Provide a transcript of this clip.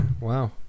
Wow